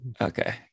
Okay